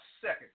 second